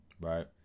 Right